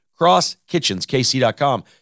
crosskitchenskc.com